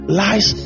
lies